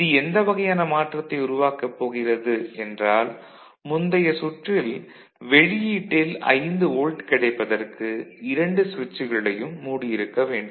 இது எந்த வகையான மாற்றத்தை உருவாக்கப்போகிறது என்றால் முந்தைய சுற்றில் வெளியீட்டில் 5 வோல்ட் கிடைப்பதற்கு இரண்டு சுவிட்சுகளையும் மூடியிருக்க வேண்டும்